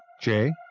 Jay